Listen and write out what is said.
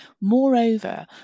Moreover